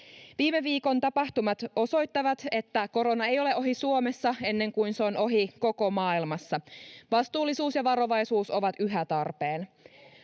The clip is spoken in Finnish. Viime viikon tapahtumat osoittavat, että korona ei ole ohi Suomessa ennen kuin se on ohi koko maailmassa. Vastuullisuus ja varovaisuus ovat yhä tarpeen.